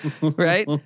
right